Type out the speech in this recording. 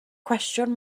cwestiwn